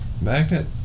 Magnet